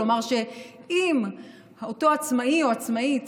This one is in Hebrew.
כלומר אם עצמאי או עצמאית